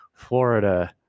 Florida